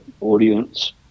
audience